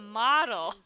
model